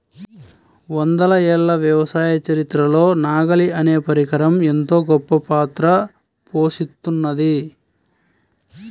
వందల ఏళ్ల వ్యవసాయ చరిత్రలో నాగలి అనే పరికరం ఎంతో గొప్పపాత్ర పోషిత్తున్నది